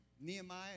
Nehemiah